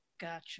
gotcha